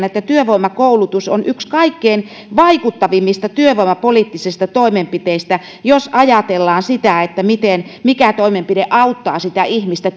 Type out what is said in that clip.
että työvoimakoulutus on yksi kaikkein vaikuttavimmista työvoimapoliittisista toimenpiteistä jos ajatellaan sitä mikä toimenpide auttaa ihmistä